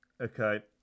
Okay